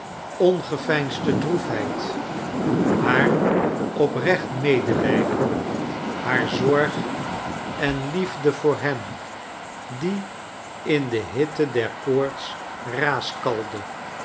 ongeveinsde droefheid haar oprecht medelijden hare zorg en liefde voor hem die in de hitte der koorts